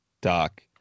Doc